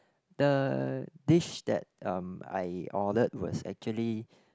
the dish that um I ordered was actually